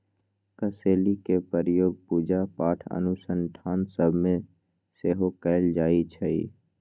कसेलि के प्रयोग पूजा पाठ अनुष्ठान सभ में सेहो कएल जाइ छइ